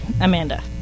Amanda